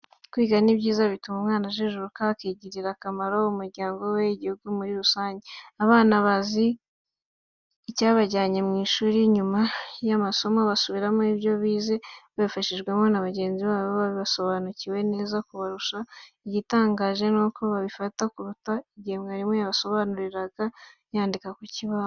Kwiga ni byiza bituma umwana ajijuka, akigirira akamaro, umuryango we n'igihugu muri rusange. Abana bazi icyabajyanye mu ishuri, nyuma y'amasomo basubiramo ibyo bize babifashijwemo na bagenzi babo babisobanukiwe neza kubarusha, igitangaje nuko babifata kuruta igihe mwarimu yasobanuraga yandika ku kibaho.